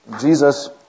Jesus